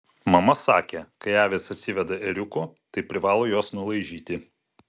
mama sakė kai avys atsiveda ėriukų tai privalo juos nulaižyti